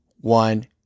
one